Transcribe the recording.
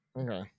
Okay